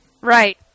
Right